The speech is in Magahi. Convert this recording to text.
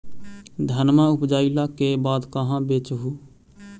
धनमा उपजाईला के बाद कहाँ बेच हू?